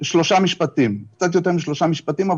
קצת יותר משלושה משפטים,